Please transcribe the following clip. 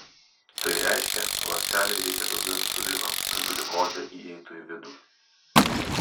tai reiškia ląstelei reikia daugiau insulino kad gliukozė įeitų į vidų